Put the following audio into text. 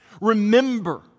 Remember